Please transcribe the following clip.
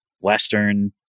Western